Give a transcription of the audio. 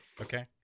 Okay